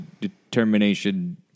determination